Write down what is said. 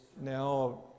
Now